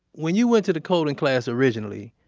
when you went to the coding class originally,